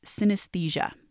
synesthesia